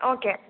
okay